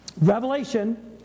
Revelation